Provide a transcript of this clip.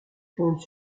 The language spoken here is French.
pondent